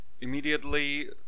immediately